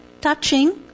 touching